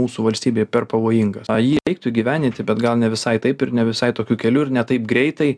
mūsų valstybei per pavojingas a jį reiktų įgyvendinti bet gal ne visai taip ir ne visai tokiu keliu ir ne taip greitai